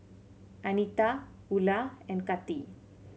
Anita Ula and Kati